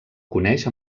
coneix